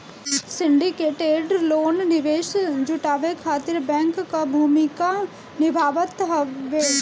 syndicated loan निवेश जुटावे खातिर बैंक कअ भूमिका निभावत हवे